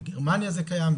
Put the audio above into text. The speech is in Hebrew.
בגרמניה זה קיים,